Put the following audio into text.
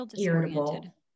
irritable